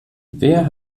wer